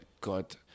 God